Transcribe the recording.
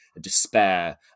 despair